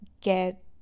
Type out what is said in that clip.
get